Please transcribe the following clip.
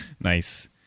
Nice